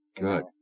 Good